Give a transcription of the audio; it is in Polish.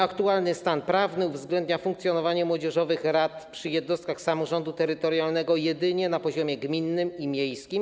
Aktualny stan prawny uwzględnia funkcjonowanie młodzieżowych rad przy jednostkach samorządu terytorialnego jedynie na poziomie gminnym i miejskim.